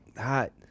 hot